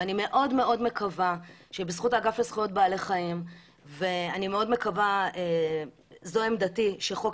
אני מאוד מאוד מקווה וזו עמדתי שחוק